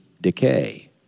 decay